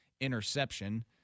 interception